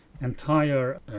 Entire